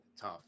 Tough